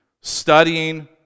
Studying